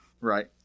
Right